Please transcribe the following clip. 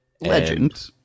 Legend